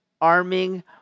arming